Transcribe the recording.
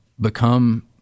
become